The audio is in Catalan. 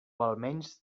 almenys